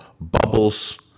bubbles